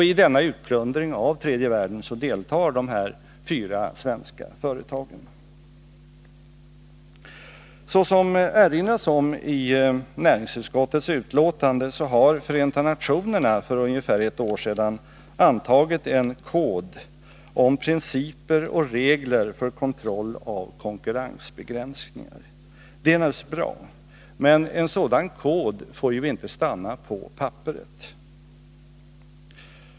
I denna utplundring av tredje världen deltar de fy änkande har Förenta nationerna för ungefär ett år sedan antagit en kod om principer och regler för kontroll av konkurrensbegränsningar. Det är naturligtvis bra. Men en sådan kod får ju inte stanna på papperet.